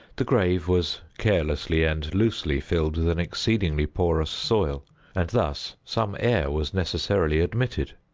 the grave was carelessly and loosely filled with an exceedingly porous soil and thus some air was necessarily admitted.